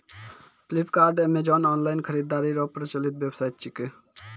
Flipkart Amazon online खरीदारी रो प्रचलित वेबसाइट छिकै